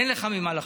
אין לך ממה לחשוש.